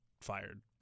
fired